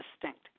distinct